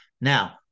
Now